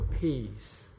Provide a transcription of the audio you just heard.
peace